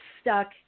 stuck